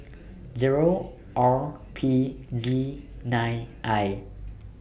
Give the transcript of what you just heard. Zero R P Z nine I